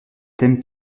thèmes